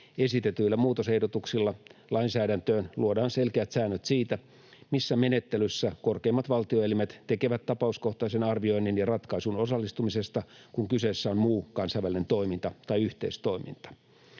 Esitetyillä muutosehdotuksilla lainsäädäntöön luodaan selkeät säännöt siitä, missä menettelyssä korkeimmat valtioelimet tekevät tapauskohtaisen arvioinnin ja ratkaisun osallistumisesta, kun kyseessä on muu kansainvälinen toiminta tai yhteistoiminta.